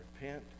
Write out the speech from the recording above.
repent